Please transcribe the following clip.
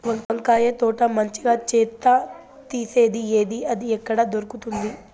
వంకాయ తోట మంచిగా చెత్త తీసేది ఏది? అది ఎక్కడ దొరుకుతుంది?